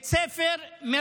הוא מספר על הגיבור הר-ציון.